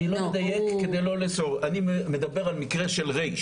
אני לא מדייק, אני מדבר על מקרה של ר'.